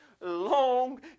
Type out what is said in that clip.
long